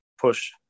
push